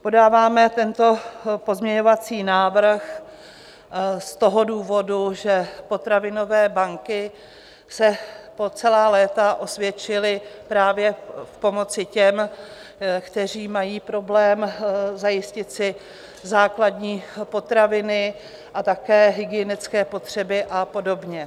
Podáváme tento pozměňovací návrh z toho důvodu, že potravinové banky se po celá léta osvědčily právě v pomoci těm, kteří mají problém zajistit si základní potraviny a také hygienické potřeby a podobně.